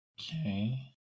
Okay